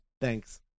thanks